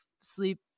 sleep